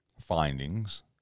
findings